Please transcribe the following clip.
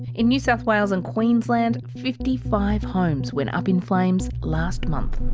in new south wales and queensland, fifty-five homes went up in flames last month.